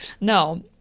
No